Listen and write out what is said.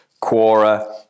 Quora